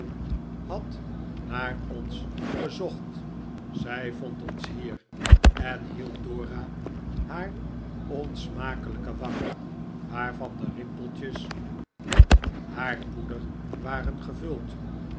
had naar ons gezocht zij vond ons hier en hield dora haar onsmakelijke wang waarvan de rimpeltjes met haarpoeder waren gevuld